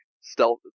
stealth